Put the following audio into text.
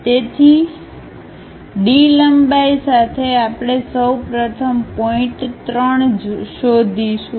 તેથી D લંબાઈ સાથે આપણે સૌ પ્રથમ પોઇન્ટ 3 શોધીશું